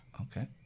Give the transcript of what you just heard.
Okay